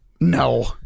No